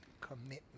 commitment